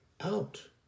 Out